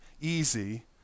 easy